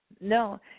No